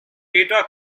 data